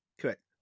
Correct